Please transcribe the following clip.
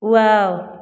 wow